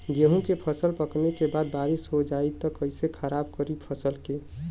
गेहूँ के फसल पकने के बाद बारिश हो जाई त कइसे खराब करी फसल के?